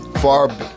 far